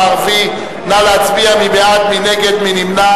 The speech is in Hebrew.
בל"ד רע"ם-תע"ל